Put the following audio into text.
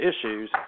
issues